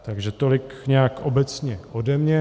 Takže tolik nějak obecně ode mě.